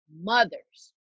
mothers